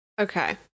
Okay